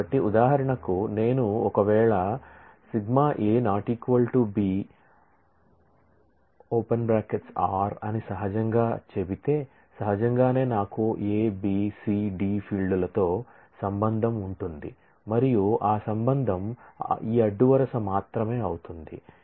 కాబట్టి ఉదాహరణకు నేను ఒకవేళ σ A ≠ B అని సహజంగా చెబితే సహజంగానే నాకు A B C D ఫీల్డ్లతో రిలేషన్ ఉంటుంది మరియు ఆ రిలేషన్ ఈ అడ్డు వరుస మాత్రమే అవుతుంది